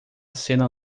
cena